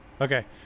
okay